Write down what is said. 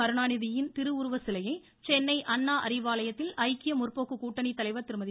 கருணாநிதியின் திருவுருவ சிலையை சென்னை அண்ணா அறிவாலயத்தில் ஐக்கிய முற்போக்கு கூட்டணித்தலைவர் திருமதி